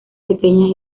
pequeñas